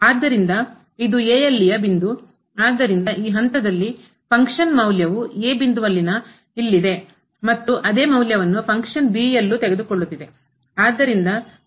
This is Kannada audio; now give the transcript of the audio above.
ಆದ್ದರಿಂದ ಇದು a ಯ ಆದ್ದರಿಂದ ಈ ಹಂತದಲ್ಲಿ ಫಂಕ್ಷನ್ ಮೌಲ್ಯವು a ಇಲ್ಲಿದೆ ಮತ್ತು ಅದೇ ಮೌಲ್ಯವನ್ನು ಫಂಕ್ಷನ್ b ಯಲ್ಲೂ ತೆಗೆದುಕೊಳ್ಳುತ್ತಿದೆ